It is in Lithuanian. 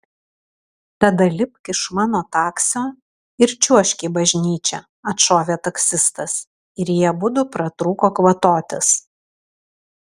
tada lipk iš mano taksio ir čiuožk į bažnyčią atšovė taksistas ir jie abudu pratrūko kvatotis